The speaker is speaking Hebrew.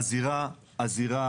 הזירה